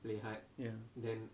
ya